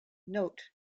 note